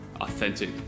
authentic